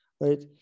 right